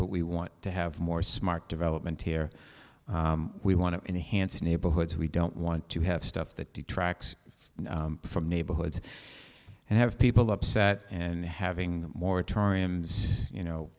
but we want to have more smart development here we want to enhance neighborhoods we don't want to have stuff that detract from neighborhoods and have people upset and having moratoriums you know